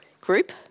group